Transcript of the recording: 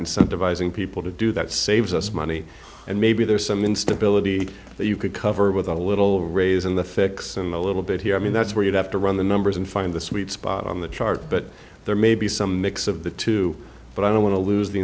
incentivizing people to do that saves us money and maybe there's some instability that you could cover with a little raise in the fix and a little bit here i mean that's where you'd have to run the numbers and find the sweet spot on the chart but there may be some mix of the two but i don't want to lose the